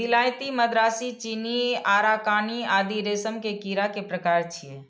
विलायती, मदरासी, चीनी, अराकानी आदि रेशम के कीड़ा के प्रकार छियै